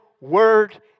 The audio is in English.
Word